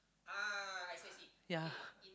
ya